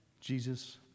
Jesus